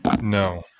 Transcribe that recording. No